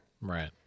Right